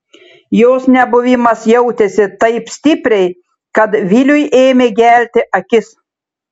jos nebuvimas jautėsi taip stipriai kad viliui ėmė gelti akis